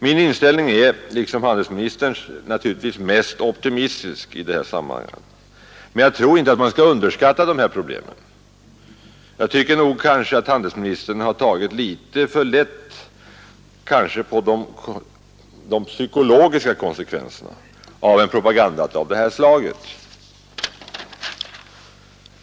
Min inställning är - liksom handelsministerns - mest optimistisk i detta sammanhang. Men jag tycker inte att man skall underskatta dessa problem. Handelsministern har kanske tagit litet för lätt på framför allt de psykologiska konsekvenserna av en propaganda av det här slaget.